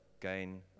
gain